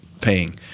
paying